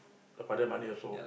the father money also